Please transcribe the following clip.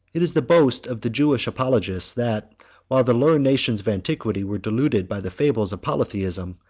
it is the boast of the jewish apologists, that while the learned nations of antiquity were deluded by the fables of polytheism,